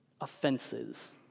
offenses